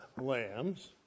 lambs